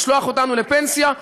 לשלוח אותנו לפנסיה.